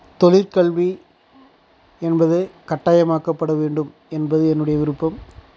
தொழிற்கல்வி என்பது கட்டாயமாக்க படவேண்டும் என்பது என்னுடைய விருப்பம்